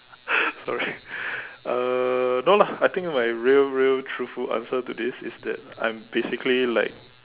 sorry uh no lah I think my real real truthful answer to this is that I'm basically like